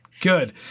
Good